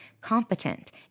competent